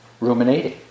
ruminating